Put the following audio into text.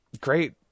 Great